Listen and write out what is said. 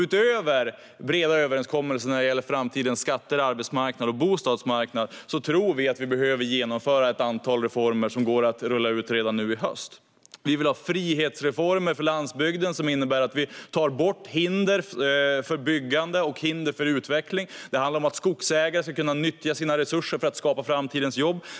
Utöver breda överenskommelser när det gäller framtidens skatter, arbetsmarknad och bostadsmarknad tror vi att vi behöver genomföra ett antal reformer som går att rulla ut redan nu i höst. Vi vill ha frihetsreformer för landsbygden som innebär att vi tar bort hinder för byggande och hinder för utveckling. Det handlar om att skogsägare ska kunna nyttja sina resurser för att skapa framtidens jobb.